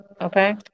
Okay